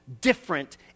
different